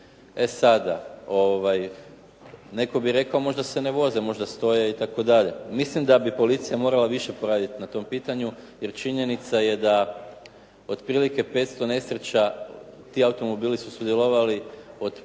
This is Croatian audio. E sada, ovaj netko bi rekao možda se ne voze, možda stoje itd. Mislim bi policija moral poraditi više na tom pitanju, jer činjenica je da otprilike 500 nesreća ti automobili su sudjelovali u otprilike